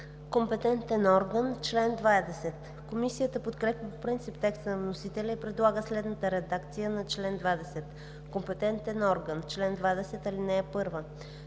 „Компетентен орган“ – чл. 20. Комисията подкрепя по принцип текста на вносителя и предлага следната редакция на чл. 20: „Компетентен орган Чл. 20. (1)